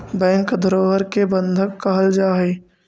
bank धरोहर के बंधक कहल जा हइ